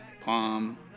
Palm